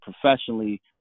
professionally